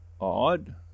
odd